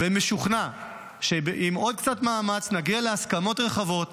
ומשוכנע שעם עוד קצת מאמץ נגיע להסכמות רחבות,